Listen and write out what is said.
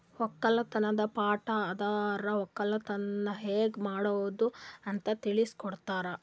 ಒಕ್ಕಲತನದ್ ಪಾಠ ಅಂದುರ್ ಒಕ್ಕಲತನ ಹ್ಯಂಗ್ ಮಾಡ್ಬೇಕ್ ಅಂತ್ ತಿಳುಸ್ ಕೊಡುತದ